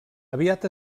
aviat